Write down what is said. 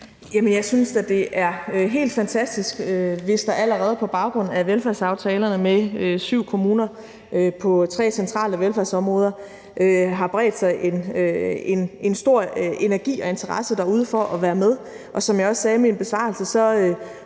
jeg synes da, at det er helt fantastisk, hvis der allerede på baggrund af velfærdsaftalerne med syv kommuner på tre centrale velfærdsområder har bredt sig en stor energi og interesse derude for at være med. Og som jeg også sagde i min besvarelse,